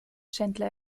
chandler